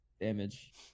Damage